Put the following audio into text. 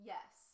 Yes